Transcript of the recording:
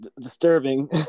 disturbing